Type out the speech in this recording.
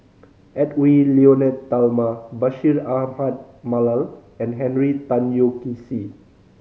Edwy Lyonet Talma Bashir Ahmad Mallal and Henry Tan Yoke See